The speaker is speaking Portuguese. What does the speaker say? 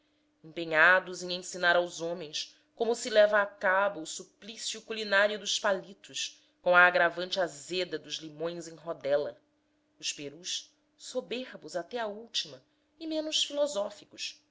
empenhados em ensinar aos homens como se leva a cabo o suplício culinário dos palitos com a agravante azeda dos limões em rodela os perus soberbos até à última e menos filosóficos